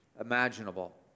imaginable